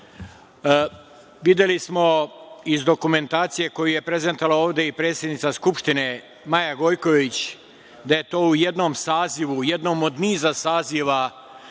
smo iz dokumentacije koju je prezentovala ovde i predsednica Skupštine, Maja Gojković, da je to u jednom sazivu, u jednom od niza saziva